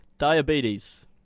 Diabetes